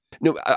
No